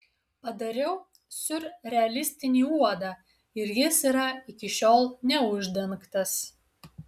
padariau siurrealistinį uodą ir jis yra iki šiol neuždengtas